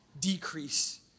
decrease